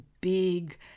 big